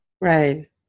Right